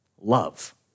Love